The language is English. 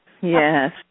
Yes